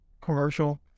commercial